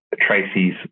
Tracy's